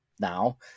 now